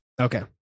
Okay